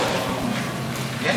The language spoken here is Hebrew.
בואו לבחירות.